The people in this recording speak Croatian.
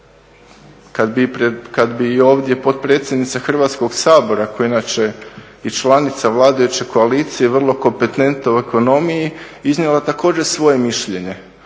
kad bi ovdje potpredsjednica Hrvatskog sabora koja je inače i članica vladajuće koalicije, vrlo kompetentno u ekonomiji, iznijela također svoje mišljenje